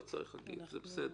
ר',